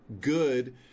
good